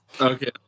Okay